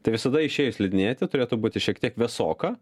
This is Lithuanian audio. tai visada išėjus slidinėti turėtų būti šiek tiek vėsoka